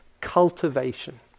cultivation